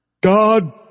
God